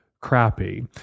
crappy